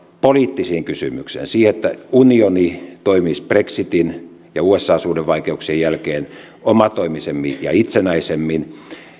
poliittiseen kysymykseen siihen että unioni toimisi brexitin ja usan suhdevaikeuksien jälkeen omatoimisemmin ja itsenäisemmin